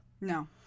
No